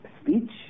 speech